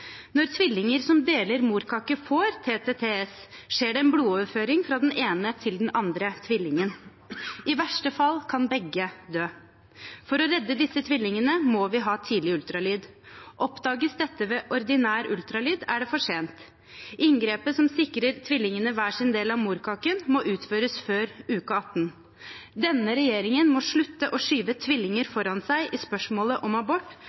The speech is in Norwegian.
Når tvillinger som deler morkake, får TTTS, skjer det en blodoverføring fra den ene til den andre tvillingen. I verste fall kan begge dø. For å redde disse tvillingene må vi ha tidlig ultralyd. Oppdages dette ved ordinær ultralyd, er det for sent. Inngrepet som sikrer tvillingene hver sin del av morkaken, må utføres før uke 18. Denne regjeringen må slutte å skyve tvillinger foran seg i spørsmålet om abort